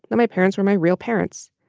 but my parents were my real parents.